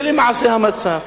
זה למעשה המצב.